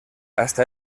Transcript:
hasta